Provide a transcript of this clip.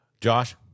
Josh